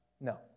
No